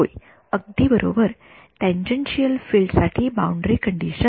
होय अगदी बरोबर टॅनजेन्शियल फील्ड साठी बाउंडरी कंडिशन